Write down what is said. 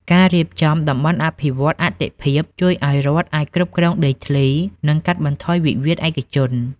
ការរៀបចំ "តំបន់អភិវឌ្ឍន៍អាទិភាព" ជួយឱ្យរដ្ឋអាចគ្រប់គ្រងដីធ្លី និងកាត់បន្ថយវិវាទឯកជន។